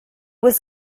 was